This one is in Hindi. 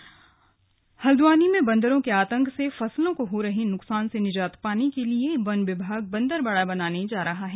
बंदरबाड़ा हल्द्वानी में बंदरों के आतंक से फसलों को हो रहे नुकसान से निजात पाने के लिए वन विभाग बंदरबाड़ा बनाने जा रहा है